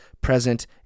present